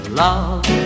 love